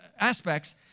aspects